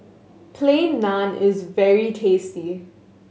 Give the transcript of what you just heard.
Plain Naan is very tasty